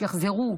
שיחזרו,